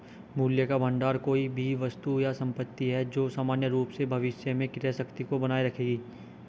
मूल्य का भंडार कोई भी वस्तु या संपत्ति है जो सामान्य रूप से भविष्य में क्रय शक्ति को बनाए रखेगी